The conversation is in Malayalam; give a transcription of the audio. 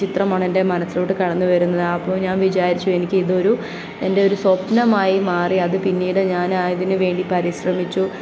ചിത്രമാണ് എൻ്റെ മനസ്സിലോട്ട് കടന്ന് വരുന്നത് അപ്പോൾ ഞാൻ വിചാരിച്ചു എനിക്ക് ഇതൊരു എൻ്റെ ഒരു സ്വപ്നമായി മാറി അത് പിന്നീട് ഞാൻ അതിന് വേണ്ടി പരിശ്രമിച്ചു